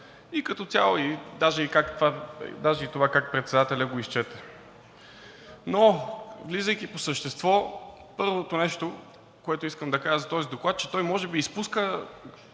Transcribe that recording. и като цяло даже и това как председателят го изчете. Но влизайки по същество, първото нещо, което искам да кажа за този доклад, е, че той може би изпуска